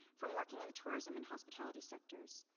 from working in the tourism and hospitality sectors.